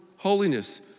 Holiness